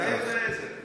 אתה יודע את זה.